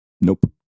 Nope